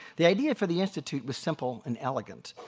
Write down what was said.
the idea for the institute was simple and elegant.